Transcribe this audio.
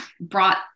brought